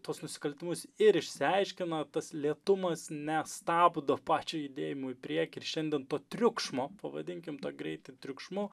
tuos nusikaltimus ir išsiaiškino tas lėtumas nestabdo pačio judėjimo į priekį ir šiandien to triukšmo pavadinkim tą greitį triukšmu